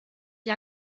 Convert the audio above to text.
die